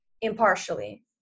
impartially